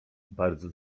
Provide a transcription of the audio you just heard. bardzo